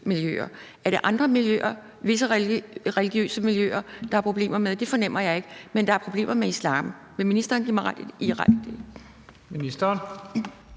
Er der andre religiøse miljøer, der er problemer med? Det fornemmer jeg ikke. Men der er problemer med islam. Vil ministeren give mig ret i det? Kl.